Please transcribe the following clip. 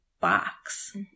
box